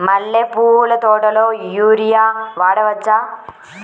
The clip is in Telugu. మల్లె పూల తోటలో యూరియా వాడవచ్చా?